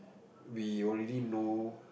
we already know